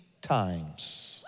times